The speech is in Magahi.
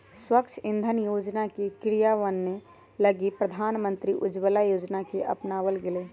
स्वच्छ इंधन योजना के क्रियान्वयन लगी प्रधानमंत्री उज्ज्वला योजना के अपनावल गैलय